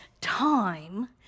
time